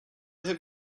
have